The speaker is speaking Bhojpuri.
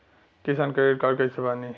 किसान क्रेडिट कार्ड कइसे बानी?